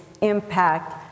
impact